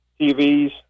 TVs